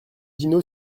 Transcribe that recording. dino